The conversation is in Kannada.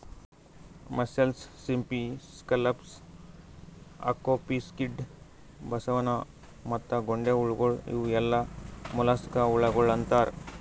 ಮುಸ್ಸೆಲ್ಸ್, ಸಿಂಪಿ, ಸ್ಕಲ್ಲಪ್ಸ್, ಆಕ್ಟೋಪಿ, ಸ್ಕ್ವಿಡ್, ಬಸವನ ಮತ್ತ ಗೊಂಡೆಹುಳಗೊಳ್ ಇವು ಎಲ್ಲಾ ಮೊಲಸ್ಕಾ ಹುಳಗೊಳ್ ಅಂತಾರ್